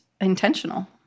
intentional